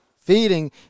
feeding